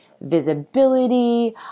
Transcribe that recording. visibility